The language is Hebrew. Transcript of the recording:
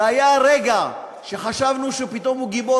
היה רגע שחשבנו שפתאום הוא גיבור,